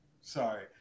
sorry